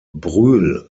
brühl